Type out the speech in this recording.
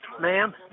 Ma'am